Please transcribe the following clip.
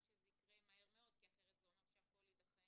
שזה יקרה מהר מאוד כי אחרת זה אומר שהכול יידחה